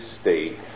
state